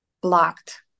blocked